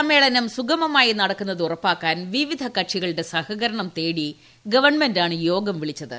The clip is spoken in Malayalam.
സമ്മേളനം സുഗമമായി നടക്കുന്നത് ഉറപ്പാക്കാൻ വിവിധ കക്ഷികളുടെ സഹകരണം തേടി ഗവൺമെന്റാണ് യോഗം വിളിച്ചത്